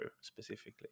specifically